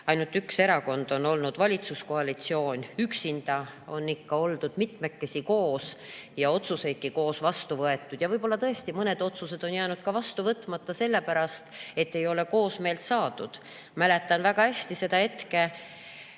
ainult üks erakond on olnud valitsuskoalitsioon üksinda. On ikka oldud mitmekesi koos ja otsuseidki koos vastu võetud. Ja võib-olla tõesti mõned otsused on jäänud vastu võtmata sellepärast, et ei ole koosmeelt saadud. Mäletan väga hästi seda hetke,